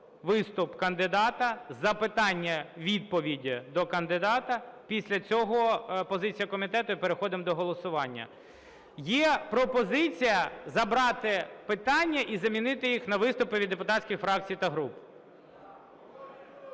виступ кандидата, запитання-відповіді до кандидата, після цього позиція комітету, і переходимо до голосування. Є пропозиція забрати питання і замінити їх на виступи від депутатських фракцій та груп.